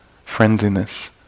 friendliness